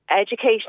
education